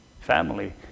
family